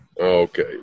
okay